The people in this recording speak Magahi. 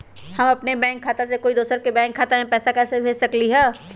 हम अपन बैंक खाता से कोई दोसर के बैंक खाता में पैसा कैसे भेज सकली ह?